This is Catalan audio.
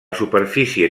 superfície